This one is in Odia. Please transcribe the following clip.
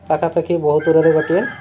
ପାଖାପାଖି ବହୁତ ଦୂରରେ ଗୋଟିଏ